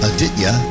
Aditya